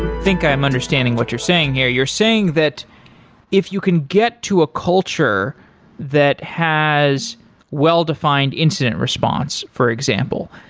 think i'm understanding what you're saying here. you're saying that if you can get to a culture that has well-defined incident response, for example,